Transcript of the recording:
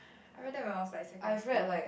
I wear that when I was like secondary school